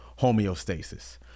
homeostasis